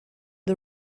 the